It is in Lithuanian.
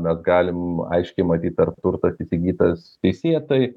mes galim aiškiai matyti ar turtas įsigytas teisėtai